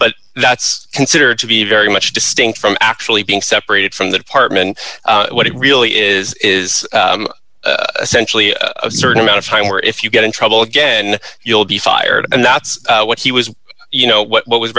but that's considered to be very much distinct from actually being separated from the department what it really is is essentially a certain amount of time where if you get in trouble again you'll be fired and that's what he was you know what w